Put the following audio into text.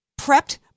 Prepped